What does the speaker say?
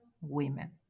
women